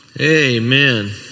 Amen